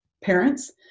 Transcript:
parents